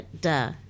Duh